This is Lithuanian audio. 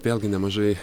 vėlgi nemažai